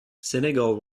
senegal